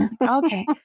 Okay